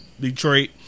Detroit